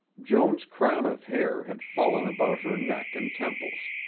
joan's crown of hair had fallen about her neck and temples.